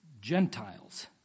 Gentiles